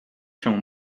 się